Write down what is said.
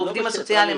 העובדים הסוציאליים,